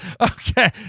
Okay